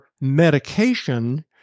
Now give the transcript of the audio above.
medication